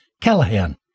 Callahan